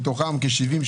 מתוכן 70%,